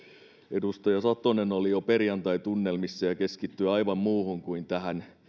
edustaja satonen oli jo perjantaitunnelmissa ja ja keskittyi aivan muuhun kuin tähän